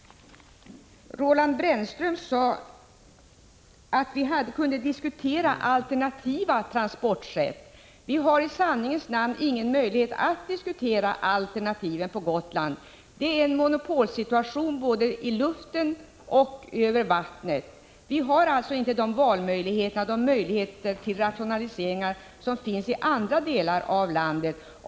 Roland Brännström sade att alternativa transportsätt kunde diskuteras. Vi harisanningens namn ingen möjlighet att diskutera alternativen på Gotland. Det är en monopolsituation både i luften och på vattnet, och då finns inte de möjligheter till rationaliseringar som finns i andra delar av landet.